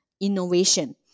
innovation